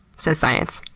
says science.